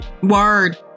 word